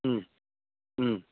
ꯎꯝ ꯎꯝ